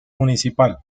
municipal